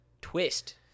twist